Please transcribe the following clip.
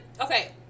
Okay